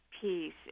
peace